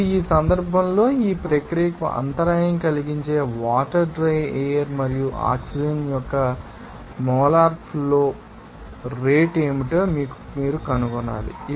ఇప్పుడు ఈ సందర్భంలో ఈ ప్రక్రియకు అంతరాయం కలిగించే వాటర్ డ్రై ఎయిర్ మరియు ఆక్సిజన్ యొక్క మోలార్ ఫ్లో రేటు ఏమిటో మీరు కనుగొనాలి